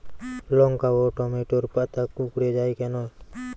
লঙ্কা ও টমেটোর পাতা কুঁকড়ে য়ায় কেন?